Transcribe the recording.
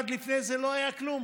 לפני זה לא היה כלום.